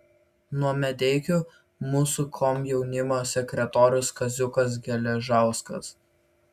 nuo medeikių mūsų komjaunimo sekretorius kaziukas geležauskas